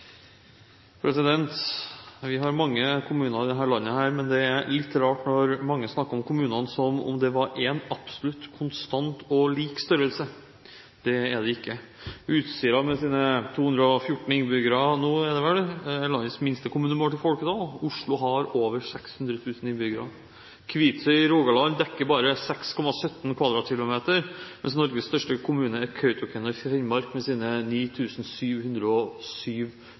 Vi har mange kommuner i dette landet, men det er litt rart når mange snakker om kommunene som om de hadde en absolutt konstant og lik størrelse. Det har de ikke. Utsira med sine 214 innbyggere er landets minste kommune målt i folketall, Oslo har over 600 000 innbyggere. Kvitsøy i Rogaland dekker bare 6,17 km2, mens Norges største kommune er Kautokeino i Finnmark med sine